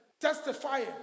testifying